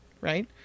right